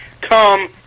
come